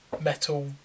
metal